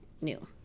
new